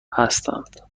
هستند